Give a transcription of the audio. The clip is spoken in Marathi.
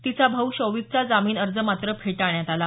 तिचा भाऊ शौविकचा जामीन अर्ज मात्र फेटाळण्यात आला